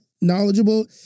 knowledgeable